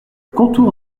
contour